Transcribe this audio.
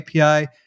API